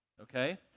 okay